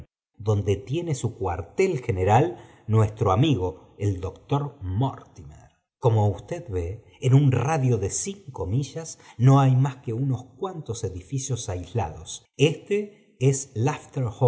donde tiene su íóüartel general nuestro migo el doctor mortimer pcomo usted ve en un radio de cinco millas no hay itna que unos cuantos edificios aislados este es